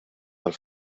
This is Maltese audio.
tal